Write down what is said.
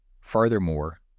Furthermore